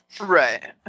Right